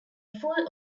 full